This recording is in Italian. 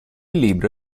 libro